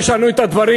אם לא תשנו את הדברים,